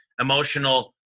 emotional